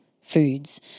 foods